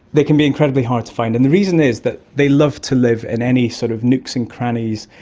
they can be incredibly hard to find, and the reason is that they love to live in any sort of nooks and crannies,